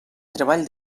treball